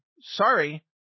sorry